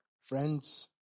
Friends